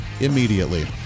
immediately